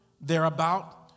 thereabout